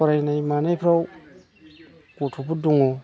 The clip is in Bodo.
फरायनाय मानायफ्राव गथ'फोर दङ